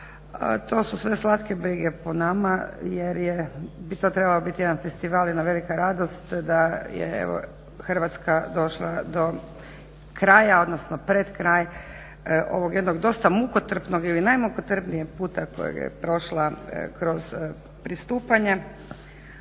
To su sve slatke brige po nama jer je, bi to trebalo biti jedan veliki festival, jedna velika radost da je evo Hrvatska došla do kraja odnosno pred kraj ovog jednog dosta mukotrpnog ili najmukotrpnijeg puta kojeg je prošla kroz pristupanja